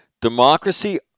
Democracy